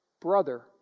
brother